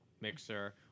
mixer